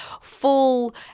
full